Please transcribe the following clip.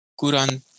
Quran